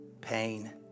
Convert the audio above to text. pain